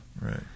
Right